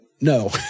no